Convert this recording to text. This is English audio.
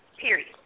Period